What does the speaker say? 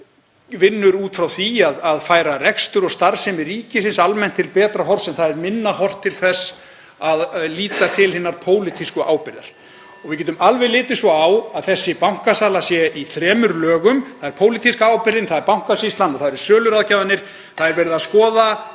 vinnur út frá því að færa rekstur og starfsemi ríkisins almennt til betra horfs en það er minna horft til þess að líta til hinnar pólitísku ábyrgðar. (Forseti hringir.) Við getum alveg litið svo á að þessi bankasala sé í þremur lögum; það er pólitíska ábyrgðin, það er Bankasýslan og það eru söluráðgjafarnir. (Forseti